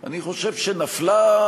אני חושב שנפלה,